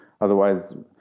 Otherwise